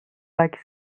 like